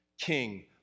King